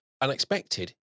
unexpected